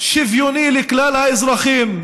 שוויוני לכלל האזרחים,